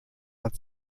hat